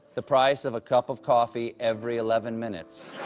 the price of a cup of coffee every eleven minutes,